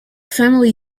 family